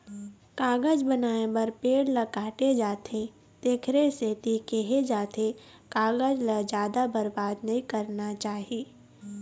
कागज बनाए बर पेड़ ल काटे जाथे तेखरे सेती केहे जाथे कागज ल जादा बरबाद नइ करना चाही